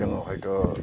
जोङो हयथ'